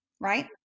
right